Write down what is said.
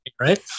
right